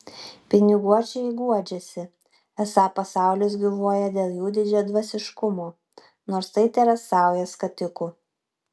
piniguočiai guodžiasi esą pasaulis gyvuoja dėl jų didžiadvasiškumo nors tai tėra sauja skatikų